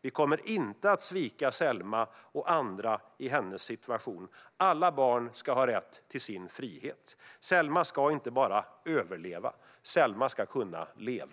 Vi kommer inte att svika Selma och andra i hennes situation. Alla barn ska ha rätt till sin frihet. Selma ska inte bara överleva, utan hon ska kunna leva.